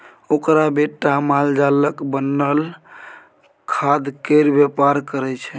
ओकर बेटा मालजालक बनल खादकेर बेपार करय छै